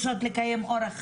רוצות לקיים אורח חיים,